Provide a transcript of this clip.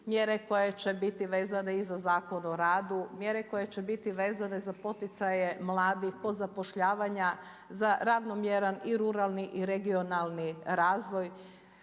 mjere koje će biti vezane i za Zakon o radu, mjere koje će biti vezane za poticaje mladih kod zapošljavanja, za ravnomjeran i ruralni i regionalni razvoj,